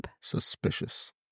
Suspicious